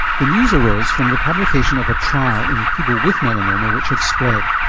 the news arose from the publication of a trial in people with melanoma which had spread,